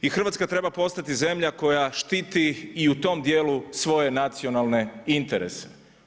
I Hrvatska treba postati zemlja koja štiti i u tom dijelu svoje nacionalne interese.